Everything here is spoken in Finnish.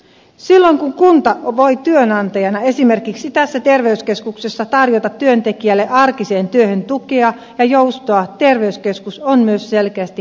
silloin kun kunta voi työnantajana esimerkiksi tässä terveyskeskuksessa tarjota työntekijälle arkiseen työhön tukea ja joustoa terveyskeskus on myös selkeästi houkuttelevampi työnantaja